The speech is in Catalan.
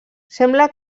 sembla